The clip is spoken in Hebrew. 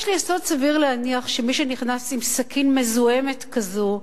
יש לי יסוד סביר להניח שמי שנכנס עם סכין מזוהמת כזו,